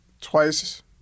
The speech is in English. twice